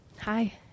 Hi